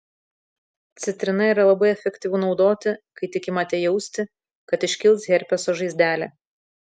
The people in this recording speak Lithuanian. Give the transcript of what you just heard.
citrina yra labai efektyvu naudoti kai tik imate jausti kad iškils herpeso žaizdelė